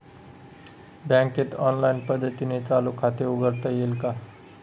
बँकेत ऑनलाईन पद्धतीने चालू खाते उघडता येईल का?